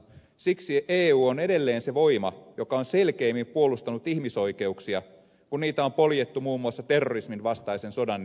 siksi eu on edelleen se voima joka on selkeimmin puolustanut ihmisoikeuksia kun niitä on poljettu muun muassa terrorisminvastaisen sodan nimissä